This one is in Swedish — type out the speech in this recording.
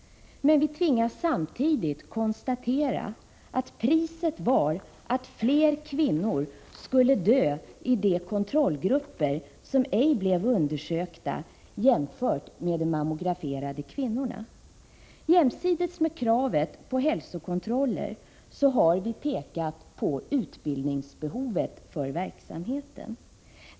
Men vi tvingas samtidigt konstatera att priset var att fler kvinnor skulle dö i de kontrollgrupper som ej blev undersökta jämfört med de mammograferade kvinnorna. Jämsides med kravet på hälsokontroller har vi pekat på utbildningsbehovet för verksamheten.